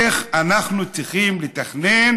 איך אנחנו צריכים לתכנן